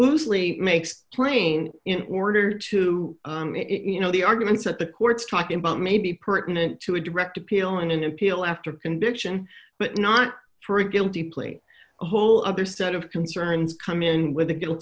loosely makes plain in order to you know the arguments that the courts talking about may be pertinent to a direct appeal in an appeal after conviction but not for a guilty plea a whole other set of concerns come in with a guilt